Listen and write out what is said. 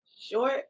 short